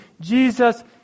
Jesus